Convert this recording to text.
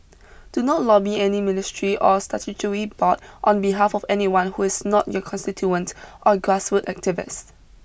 do not lobby any ministry or statutory board on behalf of anyone who is not your constituent or grassroots activist